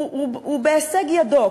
הוא בהישג ידו.